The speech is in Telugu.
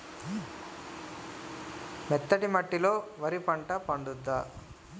మెత్తటి మట్టిలో వరి పంట పండుద్దా?